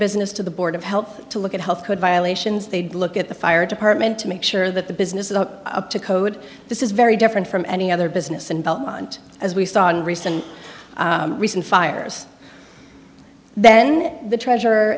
business to the board of health to look at health code violations they'd look at the fire department to make sure that the business look up to code this is very different from any other business involvement as we saw in recent recent fires then the treasure